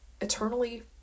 eternally